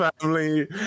Family